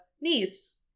niece